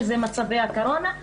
למצב הקורונה.